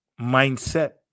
mindset